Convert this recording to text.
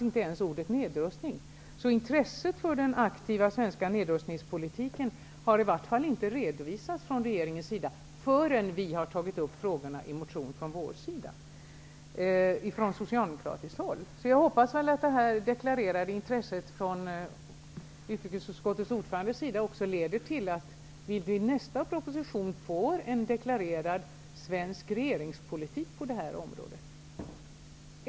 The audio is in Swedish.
Inte ens ordet nedrustning fanns. Intresset för den aktiva svenska nedrustningspolitiken har i vart fall inte redovisats av regeringen förrän vi från socialdemokratiskt håll tog upp frågorna i en motion. Jag hoppas att det intresse som deklarerats av utrikesutskottets ordförande också leder till att vi vid nästa proposition får en deklarerad svensk regeringspolitik på det här området.